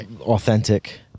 authentic